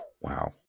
Wow